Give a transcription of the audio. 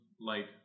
light